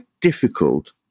difficult